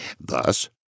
Thus